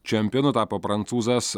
čempionu tapo prancūzas